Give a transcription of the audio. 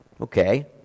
Okay